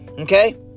okay